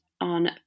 on